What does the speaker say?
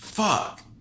fuck